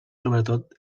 sobretot